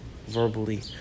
verbally